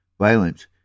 violence